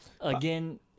again